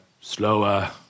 slower